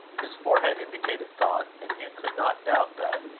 his forehead indicated thought and hugh could not doubt that,